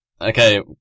Okay